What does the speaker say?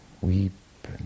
weep